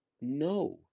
no